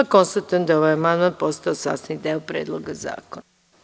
Konstatujem da je ovaj amandman postao sastavni deo Predloga zakona.